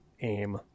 AIM